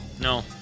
No